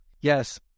Yes